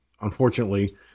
unfortunately